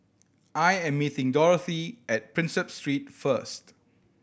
I am meeting Dorathy at Prinsep Street first